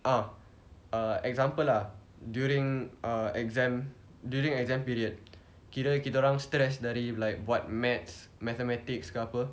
err example lah during err exam during exam period kira kita orang stressed dari like buat maths mathematics ke apa